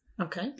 Okay